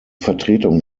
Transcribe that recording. vertretung